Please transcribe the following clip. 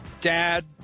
dad